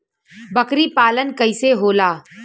बकरी पालन कैसे होला?